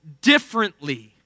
differently